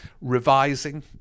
revising